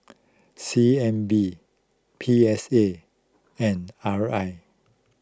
C N B P S A and R I